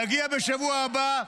נגיע בשבוע הבא,